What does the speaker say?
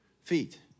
Feet